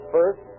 First